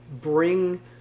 bring